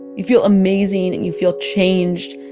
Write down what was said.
you feel amazing, and you feel changed!